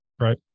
right